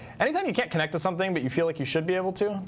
any time you can't connect to something but you feel like you should be able to.